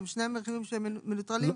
אלה רכיבים שהם מנוטרלים.